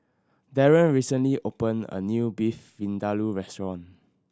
Darren recently opened a new Beef Vindaloo Restaurant